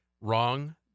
wrong